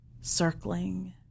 circling